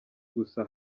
gusa